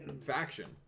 faction